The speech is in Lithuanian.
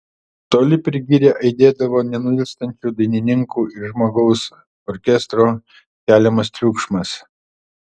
toli per girią aidėdavo nenuilstančių dainininkų ir žmogaus orkestro keliamas triukšmas